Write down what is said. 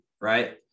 right